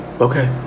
okay